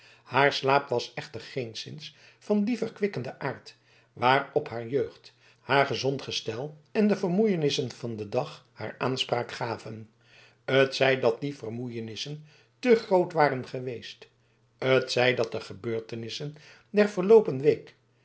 haar slaap was echter geenszins van dien verkwikkenden aard waarop haar jeugd haar gezond gestel en de vermoeienissen van den dag haar aanspraak gaven t zij dat die vermoeienissen te groot waren geweest t zij dat de gebeurtenissen der verloopen week